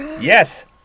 Yes